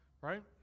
right